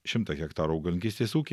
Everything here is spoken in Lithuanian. šimtą hektarų augalininkystės ūkį